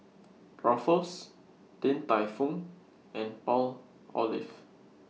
Ruffles Din Tai Fung and Palmolive